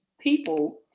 people